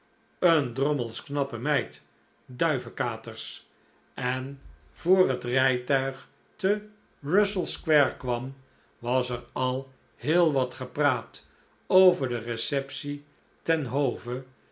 een drommels knappe meid duivekaters en voor het rijtuig te russell square kwam was er al heel wat gepraat over de receptie ten hove